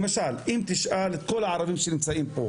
למשל, אם תשאל את כל הערבים שנמצאים פה: